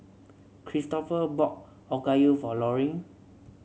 Cristopher brought Okayu for Laurine